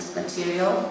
material